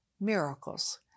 Miracles